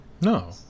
No